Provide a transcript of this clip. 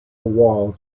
wall